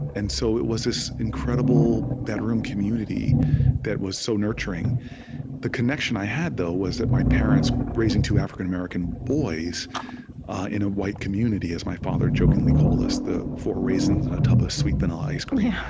and so it was this incredible bedroom community that was so nurturing the connection i had, though, was that my parents, raising two african-american boys in a white community as my father jokingly called us, the four raisins in a tub of sweet vanilla ice cream yeah